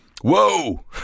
Whoa